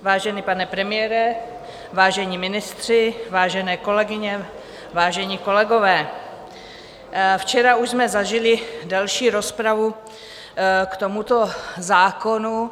Vážený pane premiére, vážení ministři, vážené kolegyně, vážení kolegové, včera už jsme zažili delší rozpravu k tomuto zákonu.